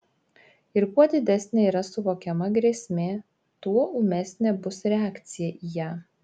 ir kuo didesnė yra suvokiama grėsmė tuo ūmesnė bus reakcija į ją